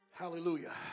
hallelujah